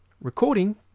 Recording